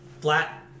flat